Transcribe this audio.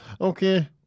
Okay